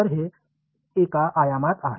तर हे एका आयामात आहे